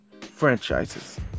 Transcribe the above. franchises